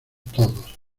todos